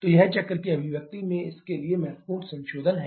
तो यह चक्र की अभिव्यक्ति में इसके लिए महत्वपूर्ण संशोधन है